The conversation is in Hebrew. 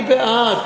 אני בעד.